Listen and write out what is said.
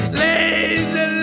lazy